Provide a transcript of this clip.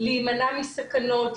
להימנע מסכנות,